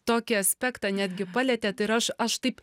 tokį aspektą netgi palietėt ir aš aš taip